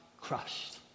crushed